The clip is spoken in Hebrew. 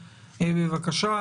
בבקשה.